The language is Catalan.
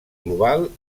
global